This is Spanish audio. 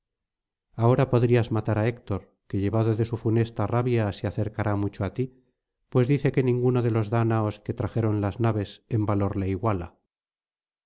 ahora podrías matar á héctor que llevado de su funesta rabia se acercará mucho á ti pues dice que ninguno de los dáñaos que trajeron las naves en valor le iguala